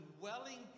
dwelling